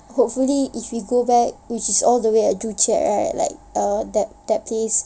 hopefully if we go back which is all the way at joo chiat right like err that that place